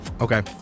okay